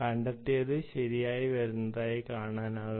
കണ്ടെത്തിയത് ശരിയായി വരുന്നതായി കാണാനാകും